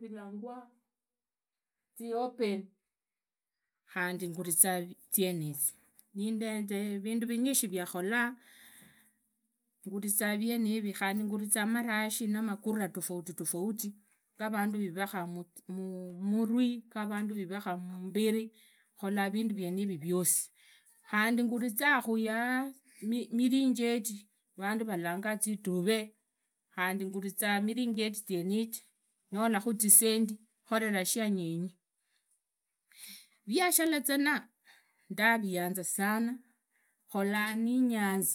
nilangwa ziopen khandi nguriza vienevi, nindete vindu vinyishi via kholaa, nguriza vieneri khandi ngurizaa marashi namagura tofauti ga vandu vivakhaa mumurwi gavandu vivakhaa mumbiri, khola vindu vienevi viosi, khandi ngurizakhu ya mirinyedi vandu valangaa ziduvee, khandi nguriza mirijendi zienizi ngolakhu zisendi, kholaa shandenyi, viashara zana, nduviyanza sana kholaa ninyanzi. Khunyola zisendi kahri zienizi nishindu rahisi tawe khugari ihari rikhu yevo ndari nimbulakho shindu shosi shosi lakini mundoyo namba zisendi zia maana, nikhorera viashara, khu yari vikari, ndayanza khuvula ritikhuyero mundu naandera muhhonge manya mukhoya na mwoyo mulala, khandi ndalokhu ikhavi indai ridhikhu vindi mwana wanje yavi navayanga navandi yari mwana muhi, mwana wamiaka munane, yavanga na vana vundi sasa khuzee kwari munzu khunye khumanyi mwana avaya navandi, satisa yayagadhuka alugolova khukavaa mwana satisa, sahumi, sahumi namoja alugolova mwana anyolekha tawe.